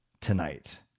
tonight